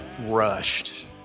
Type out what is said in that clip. rushed